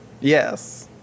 yes